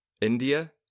india